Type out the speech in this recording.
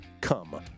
come